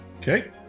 Okay